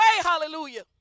hallelujah